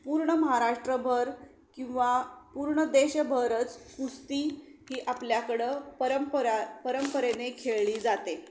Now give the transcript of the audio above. पूर्ण महाराष्ट्रभर किंवा पूर्ण देशभरच कुस्ती ही आपल्याकडं परंपरा परंपरेने खेळली जाते